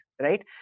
right